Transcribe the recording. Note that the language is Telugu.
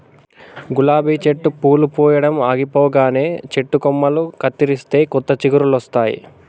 గులాబీ చెట్టు పూలు పూయడం ఆగిపోగానే చెట్టు కొమ్మలు కత్తిరిస్తే కొత్త చిగురులొస్తాయి